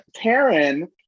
Karen